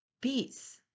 Peace